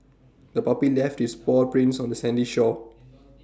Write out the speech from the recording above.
the puppy left its paw prints on the sandy shore